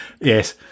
Yes